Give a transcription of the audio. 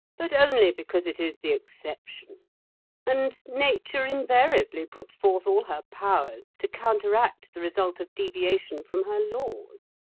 but only because it is the exception and nature invariably puts forth all her powers to counteract the result of deviation from her laws.